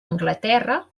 anglaterra